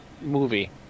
movie